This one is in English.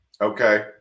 Okay